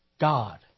God